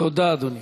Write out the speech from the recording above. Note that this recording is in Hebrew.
תודה, אדוני.